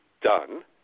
done